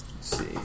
see